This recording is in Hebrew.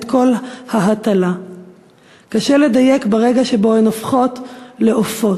את כל ההטלה./ קשה לדייק ברגע שבו הן הופכות ל'עופות'.//